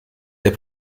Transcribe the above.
der